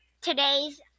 today's